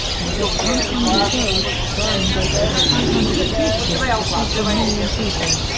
in just one hundred days, bryan gave over five hundred speeches to several million people.